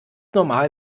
normal